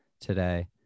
today